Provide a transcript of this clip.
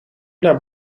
naar